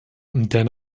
der